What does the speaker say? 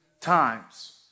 times